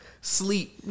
Sleep